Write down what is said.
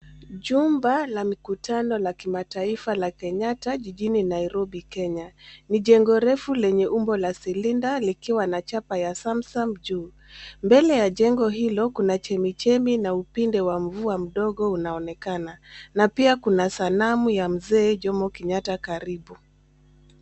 Jumba la mikutano la kimataifa la Kenyatta, jijini Nairobi, Kenya. Ni jengo refu lenye umbo la silinda, likiwa na chapa ya Samsung juu. Mbele ya jengo hilo, kuna chemichemi na upinde wa mvua mdogo unaonekana. Na pia kuna sanamu ya Mzee Jomo kenyatta karibu.